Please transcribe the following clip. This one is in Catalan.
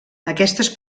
aquestes